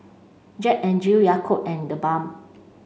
Jack N Jill Yakult and TheBalm